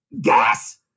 gas